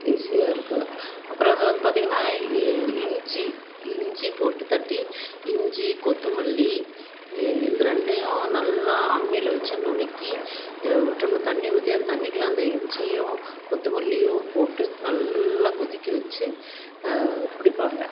ஈஸியாக இருக்கும் அப்றம் வந்து பார்த்தீங்கன்னா இஞ்சி இஞ்சி போட்டு தட்டி இஞ்சி கொத்தமல்லி இந்த ரெண்டையும் நல்லா அம்மியில் வச்சு நுணுக்கி ஒரு டம்ளர் தண்ணி ஊற்றி அந்த தண்ணிக்குள்ளே அந்த இஞ்சியும் கொத்தமல்லியும் போட்டு நல்லா கொதிக்க வச்சு குடிப்பாங்க